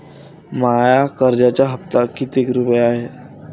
माया कर्जाचा हप्ता कितीक रुपये हाय?